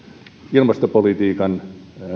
ilmastopolitiikan